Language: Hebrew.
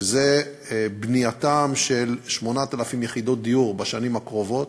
וזה בנייתן של 8,000 יחידות דיור בשנים הקרובות: